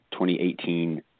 2018